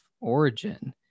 origin